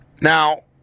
Now